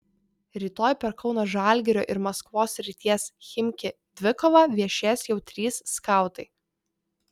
rytoj per kauno žalgirio ir maskvos srities chimki dvikovą viešės jau trys skautai